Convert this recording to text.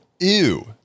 Ew